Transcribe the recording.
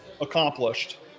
accomplished